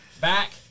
back